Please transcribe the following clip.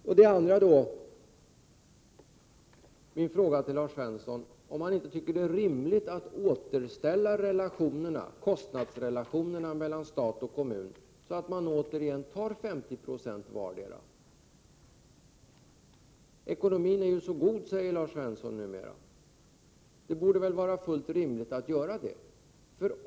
Och så min andra fråga till Lars Svensson: Är det inte rimligt att återställa kostnadsrelationerna mellan stat och kommun, så att man åter igen tar 50 90 vardera? Det borde väl vara fullt rimligt att göra det. Ekonomin är ju så god numera, säger Lars Svensson.